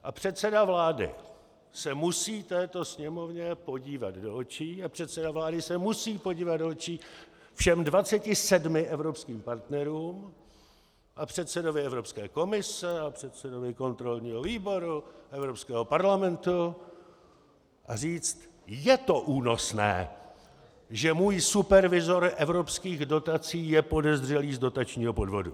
A předseda vlády se musí této Sněmovně podívat do očí a předseda vlády se musí podívat do očí všem 27 evropským partnerům a předsedovi Evropské komise a předsedovi kontrolního výboru Evropského parlamentu a říct: Je to únosné, že můj supervizor evropských dotací je podezřelý z dotačního podvodu.